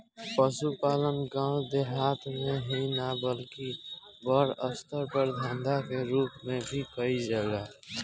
पसुपालन गाँव देहात मे ही ना बल्कि बड़ अस्तर पर धंधा के रुप मे भी कईल जाला